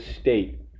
state